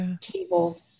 tables